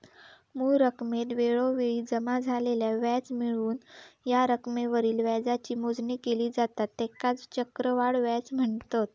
मूळ रकमेत वेळोवेळी जमा झालेला व्याज मिळवून या रकमेवरील व्याजाची मोजणी केली जाता त्येकाच चक्रवाढ व्याज म्हनतत